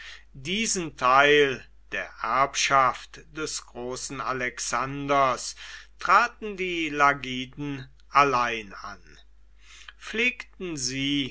diesen teil der erbschaft des großen alexanders traten die lagiden allein an pflegten sie